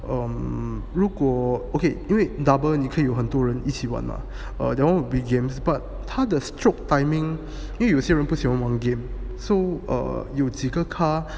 um 如果 okay 因为 double 你可以有很多人一起玩吗 um that one will be games but 他的 stroke timing 因为有些人不喜欢玩 game so err 有几个